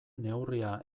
neurria